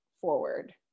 forward